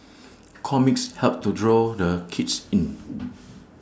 comics help to draw the kids in